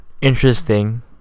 interesting